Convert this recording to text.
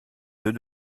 deux